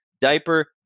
diaper